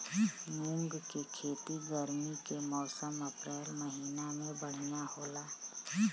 मुंग के खेती गर्मी के मौसम अप्रैल महीना में बढ़ियां होला?